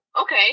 Okay